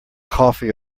coffee